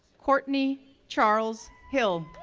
cortney charles hill,